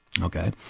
okay